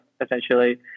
essentially